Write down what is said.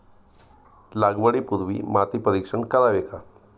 लागवडी पूर्वी माती परीक्षण करावे का?